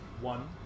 One